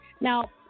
Now